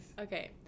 Okay